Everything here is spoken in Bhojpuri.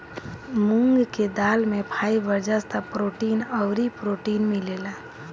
मूंग के दाल में फाइबर, जस्ता, प्रोटीन अउरी प्रोटीन मिलेला